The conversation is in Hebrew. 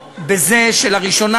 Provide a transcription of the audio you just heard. הראשון,